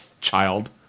child